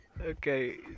Okay